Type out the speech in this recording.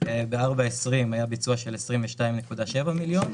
ב-4.20 היה ביצוע של 22.7 מיליון,